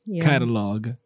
catalog